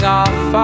off